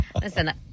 Listen